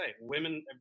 Women